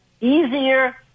easier